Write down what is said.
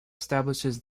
establishes